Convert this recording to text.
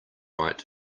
right